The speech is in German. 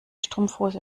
strumpfhose